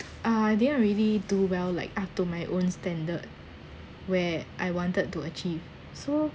I didn't really do well like up to my own standard where I wanted to achieve so